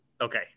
Okay